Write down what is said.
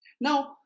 Now